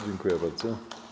Dziękuję bardzo.